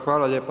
Hvala lijepa.